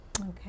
Okay